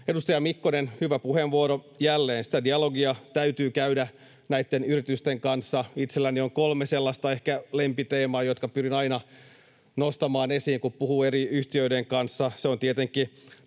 Edustaja Mikkonen, hyvä puheenvuoro jälleen. Sitä dialogia täytyy käydä näitten yritysten kanssa. Itselläni on kolme sellaista ehkä lempiteemaa, jotka pyrin aina nostamaan esiin, kun puhun eri yhtiöiden kanssa.